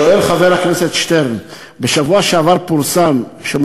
שואל חבר הכנסת שטרן: בשבוע שעבר פורסם שראשי